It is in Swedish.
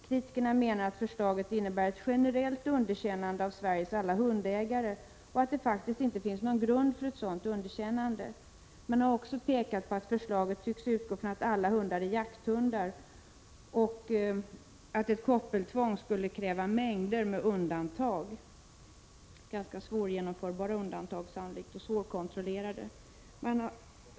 Kritikerna menar att förslaget innebär ett generellt underkännande av Sveriges alla hundägare och att det faktiskt inte finns någon grund för ett sådant underkännande. Man har också pekat på att förslaget tycks utgå ifrån att alla hundar är jakthundar och att ett koppeltvång skulle kräva mängder med undantag — sannolikt ganska svårkontrollerade undantag.